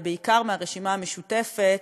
בעיקר מהרשימה המשותפת,